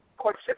courtship